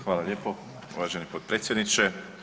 Hvala lijepo uvaženi potpredsjedniče.